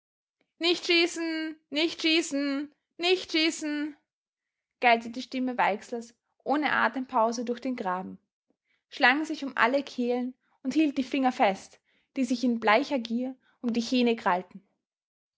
nicht schießen nicht schießen nicht schießen gellte die stimme weixlers ohne atempause durch den graben schlang sich um alle kehlen und hielt die finger fest die sich in bleicher gier um die hähne krallten